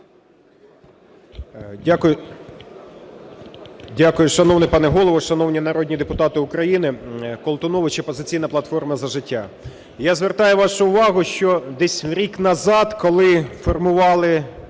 Дякую, шановний пане Голово. Шановні народні депутати України! Колтунович, "Опозиційна платформа - За життя". Я звертаю вашу увагу, що десь рік назад, коли формували